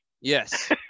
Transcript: Yes